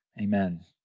Amen